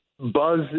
buzz